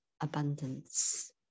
abundance